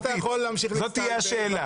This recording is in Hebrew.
זאת תהיה השאלה.